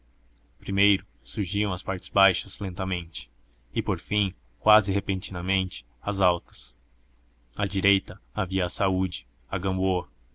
primeiro surgiam as partes baixas lentamente e por fim quase repentinamente as altas à direita havia a saúde